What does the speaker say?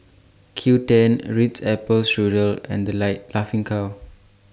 Qoo ten Ritz Apple Strudel and The Life Laughing Cow